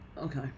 Okay